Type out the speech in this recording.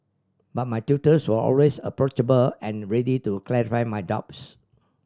but my tutors were always approachable and ready to clarify my doubts